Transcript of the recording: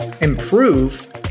improve